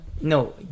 No